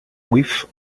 with